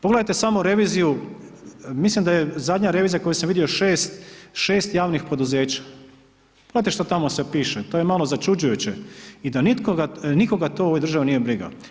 Pogledajte samo reviziju, mislim da je zadnja revizija koju sam vidio 6 javnih poduzeća, znate šta tamo sve piše, to je malo začuđujuće i da nikoga to u ovoj državi nije briga.